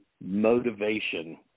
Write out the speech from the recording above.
motivation